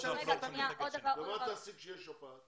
מה תעשי כשתהיה שפעת?